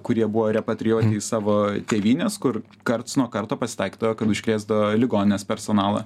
kurie buvo repatrijuoti į savo tėvynes kur karts nuo karto pasitaikydavo kad užkrėsdavo ligoninės personalą